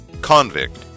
Convict